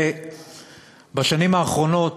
ובשנים האחרונות,